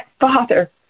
Father